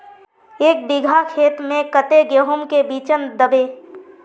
एक बिगहा खेत में कते गेहूम के बिचन दबे?